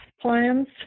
plans